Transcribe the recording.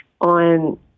on